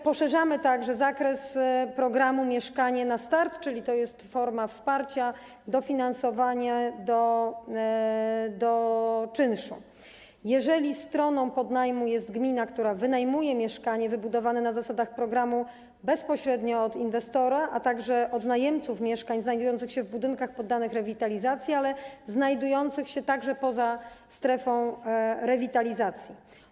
Poszerzamy także zakres programu „Mieszkanie na start”, wprowadzamy formę wsparcia: dofinansowanie do czynszu, jeżeli stroną podnajmu jest gmina, która wynajmuje mieszkanie wybudowane na zasadach programu bezpośrednio od inwestora, a także od najemców mieszkań znajdujących się w budynkach poddanych rewitalizacji, a także znajdujących się poza strefą rewitalizacji.